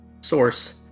Source